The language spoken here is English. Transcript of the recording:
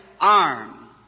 arm